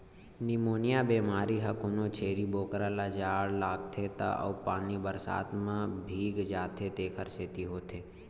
pneumonia बेमारी ह कोनो छेरी बोकरा ल जाड़ लागथे त अउ पानी बरसात म भीग जाथे तेखर सेती होथे